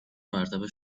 مرتبه